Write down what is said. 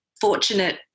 fortunate